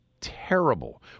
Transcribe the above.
terrible